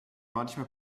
manchmal